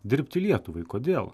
dirbti lietuvai kodėl